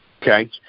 Okay